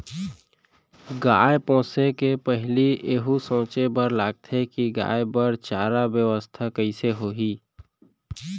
गाय पोसे के पहिली एहू सोचे बर लगथे कि गाय बर चारा बेवस्था कइसे होही